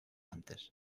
antes